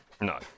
No